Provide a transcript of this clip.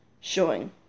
showing